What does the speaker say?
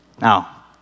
Now